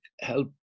help